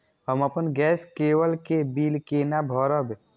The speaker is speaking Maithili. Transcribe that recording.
हम अपन गैस केवल के बिल केना भरब?